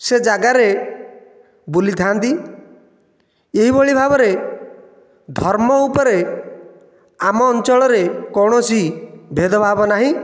ସେ ଜାଗାରେ ବୁଲିଥାନ୍ତି ଏହିଭଳି ଭାବରେ ଧର୍ମ ଉପରେ ଆମ ଅଞ୍ଚଳରେ କୌଣସି ଭେଦଭାବ ନାହିଁ